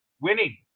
winning